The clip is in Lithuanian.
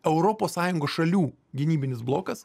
europos sąjungos šalių gynybinis blokas